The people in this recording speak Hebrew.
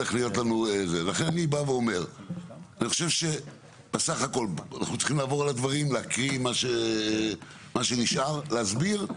אנחנו צריכים להקריא מה שנשאר ולהסביר,